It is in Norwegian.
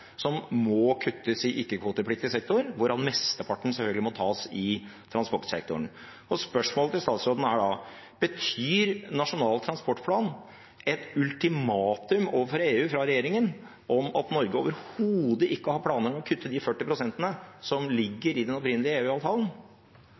som må kuttes i ikke-kvotepliktig sektor, hvorav mesteparten selvfølgelig må tas i transportsektoren. Spørsmålet til statsministeren er da: Betyr Nasjonal transportplan et ultimatum overfor EU fra regjeringen om at Norge overhodet ikke har planer om å kutte de 40 pst. som